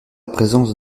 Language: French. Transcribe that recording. présence